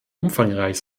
umfangreich